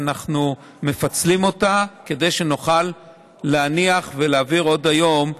ואנחנו מפצלים אותה כדי שנוכל להניח ולהעביר עוד היום,